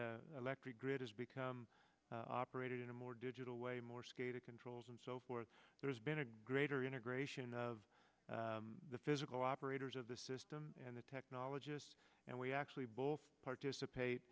the electric grid has become operated in a more digital way more skater controls and so forth there's been a greater integration of the physical operators of the system and the technologists and we actually both participate